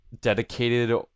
dedicated